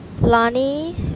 lani